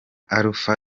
alpha